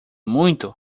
muito